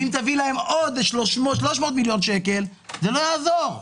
ואם תביא להם עוד 300 מיליון שקל זה לא יעזור.